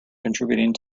contributing